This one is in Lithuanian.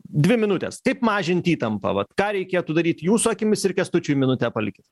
dvi minutės kaip mažint įtampą vat ką reikėtų daryt jūsų akimis ir kęstučiui minutę palikit